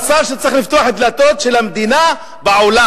השר שצריך לפתוח את הדלתות של המדינה בעולם.